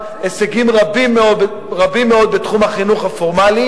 השפה הערבית צריכה להיות בכל מסמך רשמי.